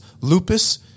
lupus